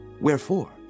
Wherefore